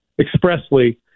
expressly